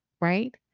right